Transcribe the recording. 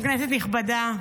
כנסת נכבדה,